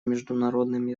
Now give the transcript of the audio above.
международным